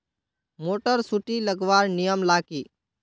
Motor सुटी लगवार नियम ला की?